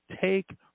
take